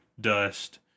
dust